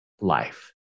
life